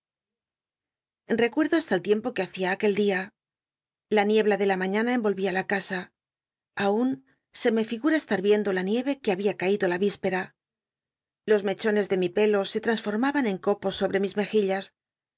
hecuerclo hasta el tiempo que hacia aquel dia la niebla de la mañana envolvía la casa aun se me ligura estar yiendo la nieve que había caído la l'ispera los mechones de mi pelo se trasformaban recho en trecho en copos sobre mis mejillas